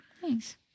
Thanks